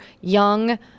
young